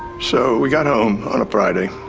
so we got home on a friday.